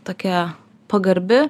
tokia pagarbi